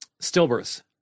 stillbirths